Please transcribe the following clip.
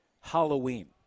Halloween